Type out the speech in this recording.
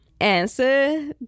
answer